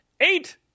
eight